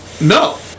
no